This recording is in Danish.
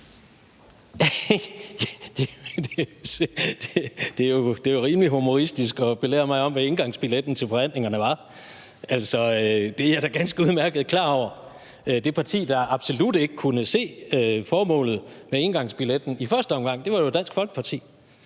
Det er jo rimelig humoristisk at belære mig om, hvad indgangsbilletten til forhandlingerne var – altså, det er jeg da ganske udmærket klar over. Det parti, der absolut ikke kunnet se formålet med indgangsbilletten i første omgang, var jo Dansk Folkeparti.